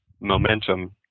momentum